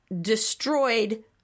destroyed